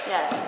Yes